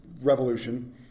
Revolution